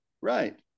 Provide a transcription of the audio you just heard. Right